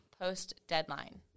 post-deadline